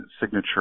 Signature